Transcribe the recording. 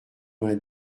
vingt